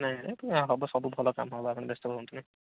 ନାଇଁ ନାଇଁ ହବ ସବୁ ଭଲ କାମ ହେବ ଆପଣ ବ୍ୟସ୍ତ ହୁଅନ୍ତୁନି